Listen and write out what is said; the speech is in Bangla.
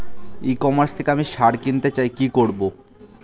ই কমার্স থেকে আমি সার কিনতে চাই কি করব?